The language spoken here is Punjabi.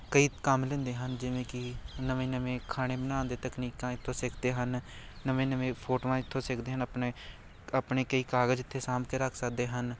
ਕਈ ਕੰਮ ਲੈਂਦੇ ਹਨ ਜਿਵੇਂ ਕਿ ਨਵੇਂ ਨਵੇਂ ਖਾਣੇ ਬਣਾਉਣ ਦੇ ਤਕਨੀਕਾਂ ਇੱਥੋਂ ਸਿੱਖਦੇ ਹਨ ਨਵੇਂ ਨਵੇਂ ਫੋਟੋਆਂ ਇੱਥੋਂ ਸਿੱਖਦੇ ਹਨ ਆਪਣੇ ਆਪਣੇ ਕਈ ਕਾਗਜ਼ ਇੱਥੇ ਸਾਂਭ ਕੇ ਰੱਖ ਸਕਦੇ ਹਨ